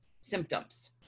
symptoms